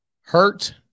Hurt